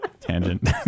tangent